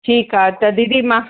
ठीकु आहे त दीदी मां